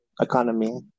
economy